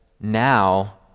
now